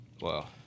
Wow